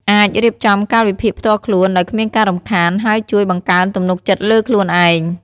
អាច រៀបចំកាលវិភាគផ្ទាល់ខ្លួន ដោយគ្មានការរំខាន ហើយជួយ បង្កើនទំនុកចិត្តលើខ្លួនឯង។